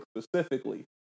specifically